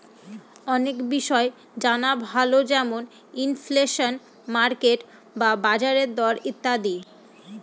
অনেক বিষয় জানা ভালো যেমন ইনফ্লেশন, মার্কেট বা বাজারের দর ইত্যাদি